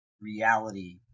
reality